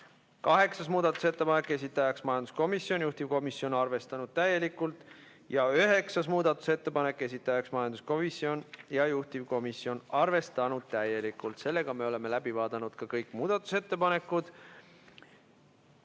Kaheksas muudatusettepanek, esitaja majanduskomisjon, juhtivkomisjon on arvestanud täielikult. Üheksas muudatusettepanek, esitaja majanduskomisjon ja juhtivkomisjon arvestanud täielikult. Sellega me oleme läbi vaadanud kõik muudatusettepanekud.